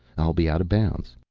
i'll be out of bounds.